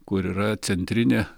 kur yra centrinė